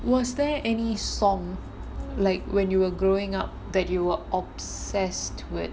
was there any song like when you were growing up that you were obsessed with